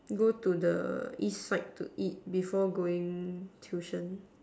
go to the east side to eat before going tuition